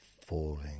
falling